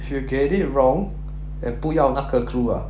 if you get it wrong and 不要那个 clue ah